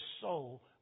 soul